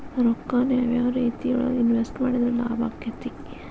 ರೊಕ್ಕಾನ ಯಾವ ಯಾವ ರೇತಿಯೊಳಗ ಇನ್ವೆಸ್ಟ್ ಮಾಡಿದ್ರ ಲಾಭಾಕ್ಕೆತಿ?